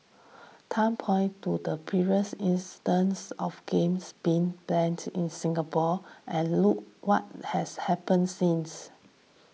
Tan pointed to previous instances of games being banned in Singapore and look what has happened since